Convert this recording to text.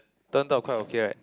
turned out quite okay right